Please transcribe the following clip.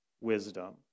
wisdom